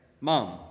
MOM